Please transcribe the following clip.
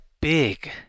big